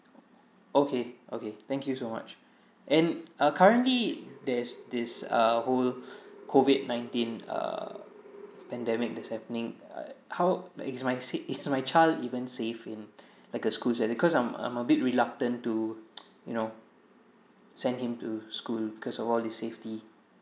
okay okay thank you so much and uh currently there's this uh whole COVID nineteen err pandemic that's happening uh how is my sick is my child even safe in like the schools there because I'm I'm a bit reluctant to you know send him to school because of all this safety